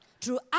Throughout